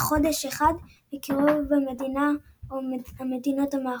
חודש אחד בקירוב במדינה או המדינות המארחות.